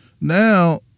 Now